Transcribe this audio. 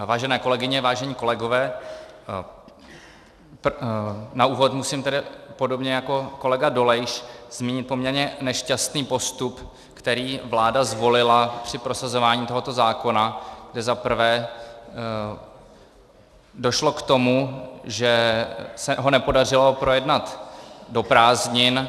Vážené kolegyně, vážení kolegové, na úvod musím tedy podobně jako kolega Dolejš zmínit poměrně nešťastný postup, který vláda zvolila při prosazování tohoto zákona, kdy zaprvé došlo k tomu, že se ho nepodařilo projednat do prázdnin.